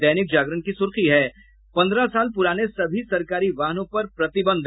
दैनिक जागरण की सुर्खी है पन्द्रह साल पुराने सभी सरकारी वाहनों पर प्रतिबंध